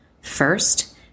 First